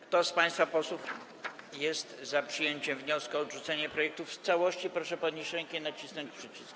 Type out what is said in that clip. Kto z państwa posłów jest za przyjęciem wniosku o odrzucenie projektu ustawy w całości, proszę podnieść rękę i nacisnąć przycisk.